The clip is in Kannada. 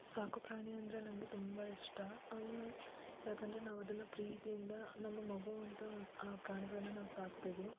ಸಾಕುಪ್ರಾಣಿ ಅಂದರೆ ನನಗೆ ತುಂಬ ಇಷ್ಟ ಯಾಕಂದರೆ ನಾವು ಅದನ್ನು ಪ್ರೀತಿಯಿಂದ ನಮ್ಮ ಮಗು ಅಂತ ಆ ಪ್ರಾಣಿಗಳನ್ನು ನಾವು ಸಾಕ್ತೇವೆ